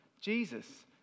Jesus